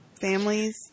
families